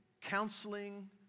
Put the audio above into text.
Counseling